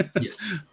Yes